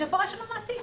יש הפרה של המעסיק.